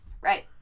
Right